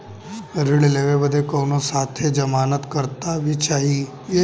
ऋण लेवे बदे कउनो साथे जमानत करता भी चहिए?